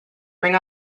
bring